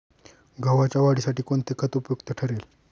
गव्हाच्या वाढीसाठी कोणते खत उपयुक्त ठरेल?